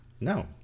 no